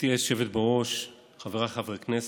היושבת בראש, חבריי חברי הכנסת,